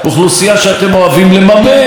והיא אוכלוסיית הטרוריסטים.